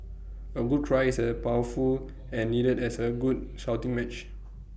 A good cry is as powerful and needed as A good shouting match